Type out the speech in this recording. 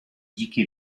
dzikie